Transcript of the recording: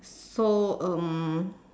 so um